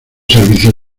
servicio